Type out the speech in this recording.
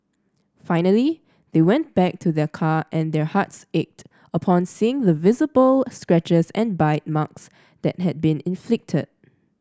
finally they went back to their car and their hearts ached upon seeing the visible scratches and bite marks that had been inflicted